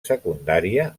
secundària